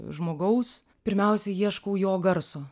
žmogaus pirmiausia ieškau jo garso